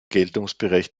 geltungsbereich